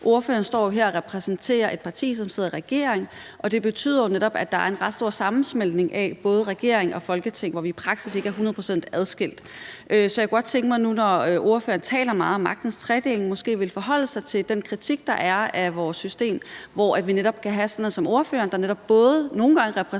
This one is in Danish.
Ordføreren står jo her og repræsenterer et parti, som også sidder i regeringen, og det betyder jo netop også, at der er en ret stor sammensmeltning i forhold til regeringen og Folketinget, hvor vi i praksis ikke er hundrede procent adskilt. Så jeg kunne godt tænke mig, at ordføreren, når ordføreren nu taler meget om magtens tredeling, måske vil forholde sig til den kritik, der er af vores system, hvor vi netop kan have en ordfører, som nogle gange både repræsenterer